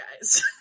guys